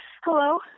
Hello